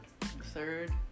Third